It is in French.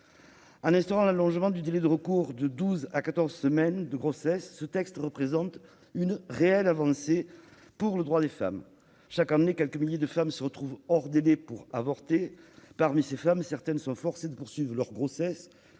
En instaurant l'allongement du délai de recours à l'IVG de douze à quatorze semaines de grossesse, ce texte représente une réelle avancée pour le droit des femmes. Chaque année, quelques milliers de femmes se retrouvent hors délai pour avorter. Parmi ces femmes, certaines sont forcées de poursuivre leur grossesse